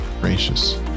Gracious